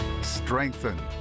strengthen